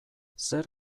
zer